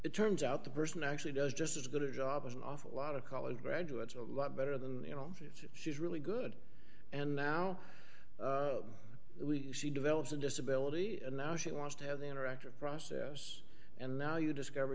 it turns out the person actually does just as good a job as an awful lot of college graduates a lot better than you know she's really good and now we developed a disability and now she wants to have the interactive process and now you discover